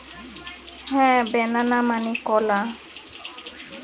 বানানা মানে হতিছে একটো ধরণের ফল যাকে কলা বলতিছে